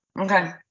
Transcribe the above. Okay